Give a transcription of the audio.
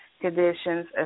conditions